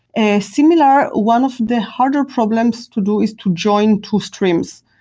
ah similar, one of the harder problems to do is to join two streams.